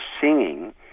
singing